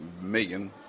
million